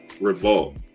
revolt